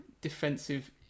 defensive